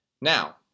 Now